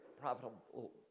profitable